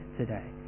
today